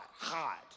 hot